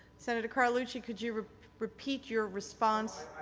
senator carlucci could you repeat your response.